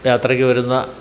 യാത്രയ്ക്ക് വരുന്ന